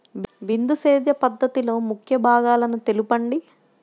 బిందు సేద్య పద్ధతిలో ముఖ్య భాగాలను తెలుపండి?